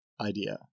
idea